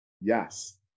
Yes